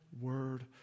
word